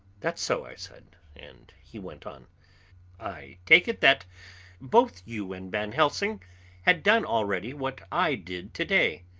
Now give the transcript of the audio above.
that's so, i said, and he went on i take it that both you and van helsing had done already what i did to-day.